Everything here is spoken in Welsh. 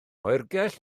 oergell